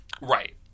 Right